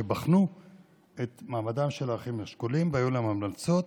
והם בחנו את מעמדם של האחים השכולים והיו להם המלצות.